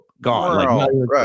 gone